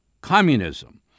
communism